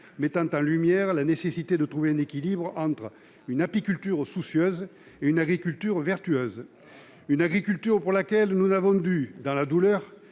met en lumière la nécessité de trouver un équilibre entre une apiculture soucieuse et une agriculture vertueuse. Mais nous avons dû, dans la douleur,